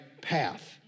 path